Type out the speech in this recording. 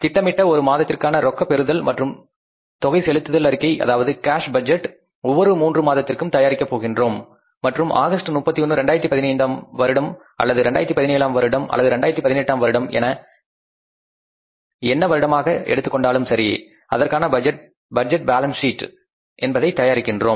திட்டமிடப்பட்ட ஒரு மாதத்திற்கான ரொக்க பெறுதல் மற்றும் தொகை செலுத்துதல் அறிக்கை அதாவது கேஸ் பட்ஜெட் ஒவ்வொரு மூன்று மாதத்திற்கும் தயாரிக்க போகின்றோம் மற்றும் ஆகஸ்ட் 31 2015 ம் வருடம் அல்லது 2017 ஆம் வருடம் அல்லது 2018 ஆம் வருடம் என்ன வருடமாக எடுத்துக்கொண்டாலும் சரி அதற்கான பட்ஜெட் பேலன்ஸ் ஷீட் ஐ தயாரிக்கிறோம்